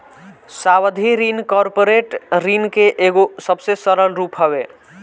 सावधि ऋण कॉर्पोरेट ऋण के एगो सबसे सरल रूप हवे